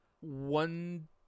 One